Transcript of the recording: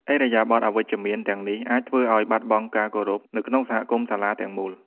ឥរិយាបថអវិជ្ជមានទាំងនេះអាចធ្វើឲ្យ បាត់បង់ការគោរព នៅក្នុងសហគមន៍សាលាទាំងមូល។